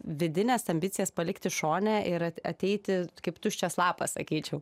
vidines ambicijas palikti šone ir ateiti kaip tuščias lapas sakyčiau